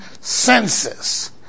senses